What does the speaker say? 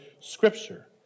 Scripture